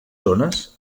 zones